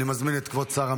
אני מזמין את כבוד שר המשפטים.